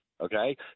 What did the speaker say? okay